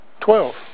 Twelve